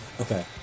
Okay